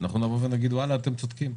אנחנו נגיד אתם צודקים,